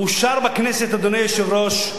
הוא אושר בכנסת, אדוני היושב-ראש,